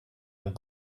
and